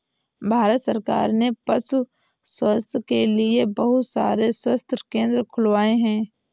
भारत सरकार ने पशु स्वास्थ्य के लिए बहुत सारे स्वास्थ्य केंद्र खुलवाए हैं